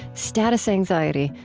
status anxiety,